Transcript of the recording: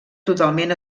totalment